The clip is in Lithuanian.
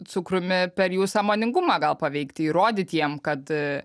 cukrumi per jų sąmoningumą gal paveikti įrodyt jiem kad